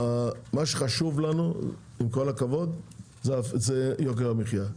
מה שחשוב לנו זה יוקר המחיה.